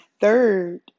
third